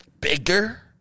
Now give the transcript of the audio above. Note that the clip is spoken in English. bigger